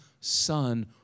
son